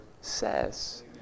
says